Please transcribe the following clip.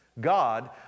God